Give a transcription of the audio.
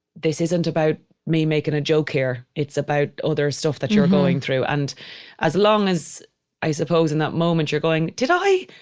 this isn't about me making a joke here. it's about other stuff that you're going through. and as long as i suppose in that moment you're going, did i,